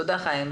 תודה, חיים.